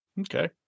Okay